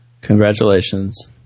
Congratulations